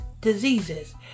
diseases